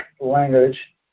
language